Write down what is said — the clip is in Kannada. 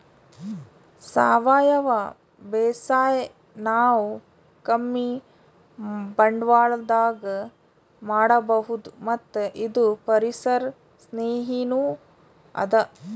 ಸಾವಯವ ಬೇಸಾಯ್ ನಾವ್ ಕಮ್ಮಿ ಬಂಡ್ವಾಳದಾಗ್ ಮಾಡಬಹುದ್ ಮತ್ತ್ ಇದು ಪರಿಸರ್ ಸ್ನೇಹಿನೂ ಅದಾ